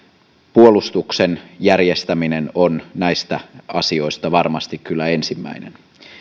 puolustuksen järjestäminen on näistä asioista varmasti kyllä ensimmäinen